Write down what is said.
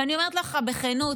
ואני אומרת לך בכנות,